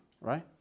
right